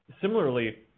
Similarly